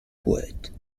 poète